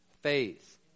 faith